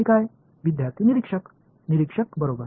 மாணவர் பார்வையாளர்